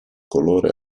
colore